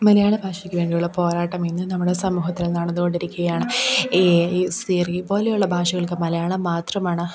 മലയാള ഭാഷയ്ക്ക് വേണ്ടിയുള്ള പോരാട്ടം ഇന്നും നമ്മുടെ സമൂഹത്തിൽ നടന്നുകൊണ്ടിരിക്കുകയാണ് ഈ ഈ സിറി പോലുള്ള ഭാഷകൾക്ക് മലയാളം മാത്രമാണ്